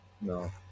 No